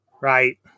Right